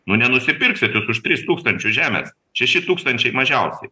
nu nenusipirksit jūs už tris tūkstančius žemės šeši tūkstančiai mažiausiai